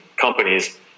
companies